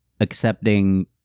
accepting